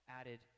added